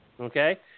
okay